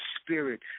spirit